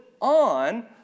on